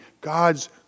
God's